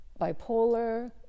bipolar